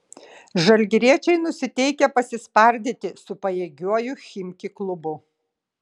žalgiriečiai nusiteikę pasispardyti su pajėgiuoju chimki klubu